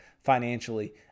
financially